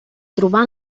trobar